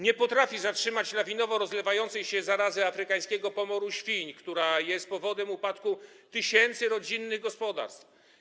Nie potrafi zatrzymać lawinowo rozlewającej się zarazy afrykańskiego pomoru świń, która jest powodem upadku tysięcy rodzinnych gospodarstw.